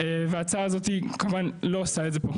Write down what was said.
וההצעה הזאת כמובן לא עושה את זה פה.